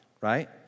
right